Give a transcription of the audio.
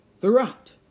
throughout